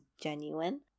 genuine